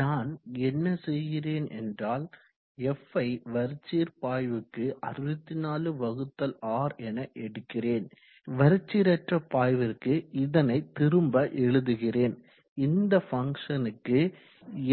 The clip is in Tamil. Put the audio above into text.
நான் என்ன செய்கிறேன் என்றால் f யை வரிச்சீர்பாய்வுக்கு 64R என எடுக்கிறேன் வரிச்சீரற்ற பாய்விற்கு இதனை திரும்ப எழுதுகிறேன் இந்த ஃபங்ஷனுக்கு